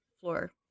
floor